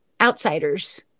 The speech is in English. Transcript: outsiders